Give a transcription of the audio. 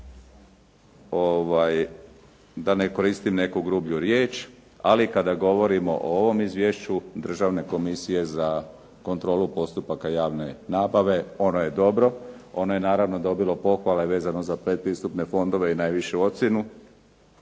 da ne koristim neku grublju riječ, ali kada govorimo o ovom izvješću Državne komisije za kontrolu postupaka javne nabave, ona je dobra, ono je naravno dobilo pohvale vezano za pred pristupne fondove i najvišu ocjenu,